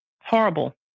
horrible